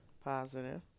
Positive